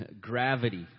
gravity